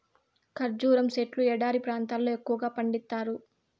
ఖర్జూరం సెట్లు ఎడారి ప్రాంతాల్లో ఎక్కువగా పండిత్తారు